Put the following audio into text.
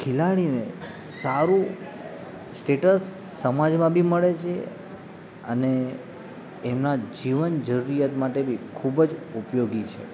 ખેલાડીને સારું સ્ટેટ્સ સમાજમાં બી મળે છે અને એમના જીવન જરૂરિયાત માટે બી ખૂબ જ ઉપયોગી છે